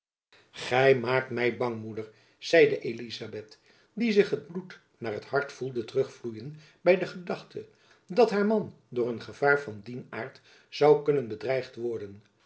gy maakt my bang moeder zeide elizabeth die zich het bloed naar t hart voelde terugvloeien by de gedachte dat haar man door een gevaar van dien aart zoû kunnen bedreigd worden